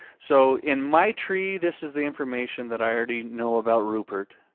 so in my tree this is the information that i already know about rupert.